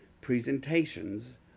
presentations